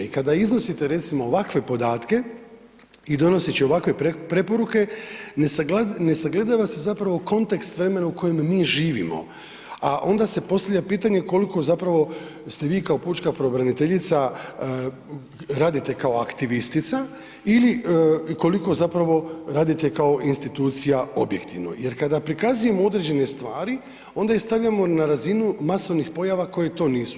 I kada iznosite recimo ovakve podatke i donoseći ovakve preporuke ne sagledava se zapravo kontekst vremena u kojem mi živimo, a onda se postavlja pitanje koliko ste vi kao pučka pravobraniteljica radite kao aktivistica ili koliko radite kao institucija objektivno jer kada prikazujemo određene stvari onda ih stavljamo na razinu masovnih pojava koje to nisu.